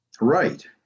right